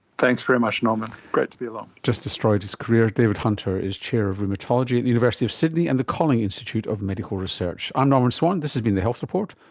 thanks very much norman, great to be along. just destroyed his career. david hunter is chair of rheumatology at the university of sydney and the kolling institute of medical research. i'm norman swan, this has been the health report,